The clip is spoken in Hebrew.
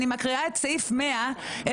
אני מקריאה את סעיף 111,